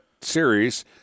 series